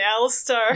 Alistar